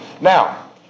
Now